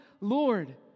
Lord